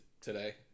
today